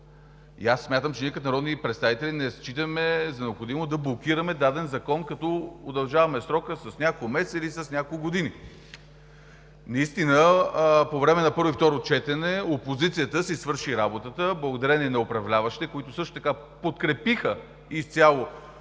в срока. Ние като народни представители не считаме за необходимо да блокираме даден закон, като удължаваме срока с няколко месеца или с няколко години. Между първо и второ четене опозицията си свърши работата благодарение на управляващите, които също така подкрепиха изцяло